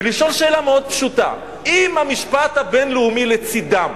לשאול שאלה מאוד פשוטה: אם המשפט הבין-לאומי לצדם,